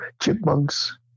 chipmunks